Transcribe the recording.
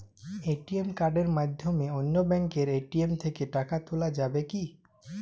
ATM কার্ডের মাধ্যমে অন্য ব্যাঙ্কের এ.টি.এম থেকে টাকা তোলা যাবে কি?